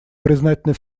признательны